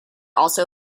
also